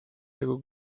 jego